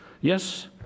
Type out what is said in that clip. Yes